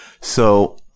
So-